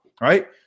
right